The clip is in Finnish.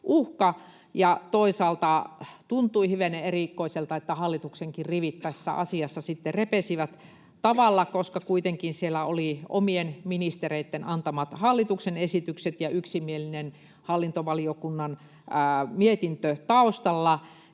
Toisaalta tuntui hivenen erikoiselta, että hallituksenkin rivit tässä asiassa sitten repesivät tällä tavalla, koska kuitenkin siellä taustalla oli omien ministereitten antamat hallituksen esitykset ja yksimielinen hallintovaliokunnan mietintö.